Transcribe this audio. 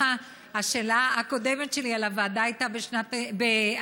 השאלה הקודמת שלי על הוועדה הייתה ב-2017,